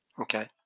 Okay